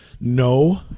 No